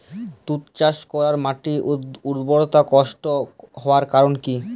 তুতে চাষ করাই মাটির উর্বরতা নষ্ট হওয়ার কারণ কি?